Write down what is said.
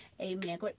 Amen